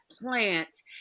plant